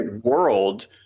world